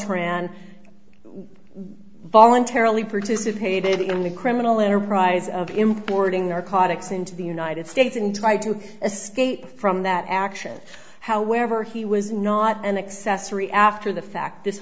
tran voluntarily persisted hated in the criminal enterprise of importing narcotics into the united states and tried to escape from that action however he was not an accessory after the fact this